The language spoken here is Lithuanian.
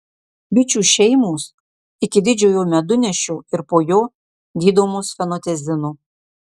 bičių šeimos iki didžiojo medunešio ir po jo gydomos fenotiazinu